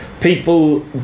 people